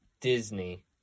Disney